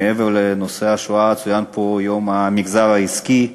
מעבר לנושא השואה צוין פה יום המגזר העסקי,